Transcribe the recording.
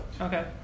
Okay